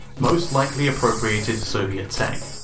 most likely appropriated soviet tech.